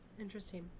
Interesting